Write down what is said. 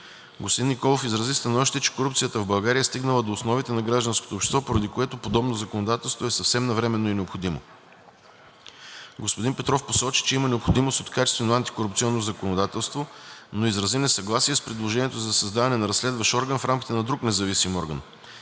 Господин Николов изрази становище, че корупцията в България е стигнала до основите на гражданското общество, поради което подобно законодателство е съвсем навременно и необходимо. Господин Петров посочи, че има необходимост от качествено антикорупционно законодателство, но изрази несъгласие с предложението за създаване на разследващ орган в рамките на друг независим орган.